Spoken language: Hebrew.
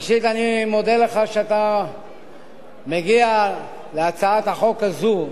ראשית, אני מודה לך שאתה מגיע להצעת החוק הזו,